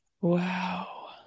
wow